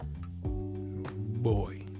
boy